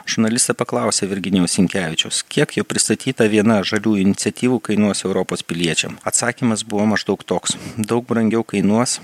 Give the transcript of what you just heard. žurnalistai paklausė virginijaus sinkevičiaus kiek jo pristatyta viena žaliųjų iniciatyvų kainuos europos piliečiam atsakymas buvo maždaug toks daug brangiau kainuos